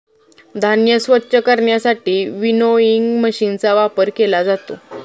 धान्य स्वच्छ करण्यासाठी विनोइंग मशीनचा वापर केला जातो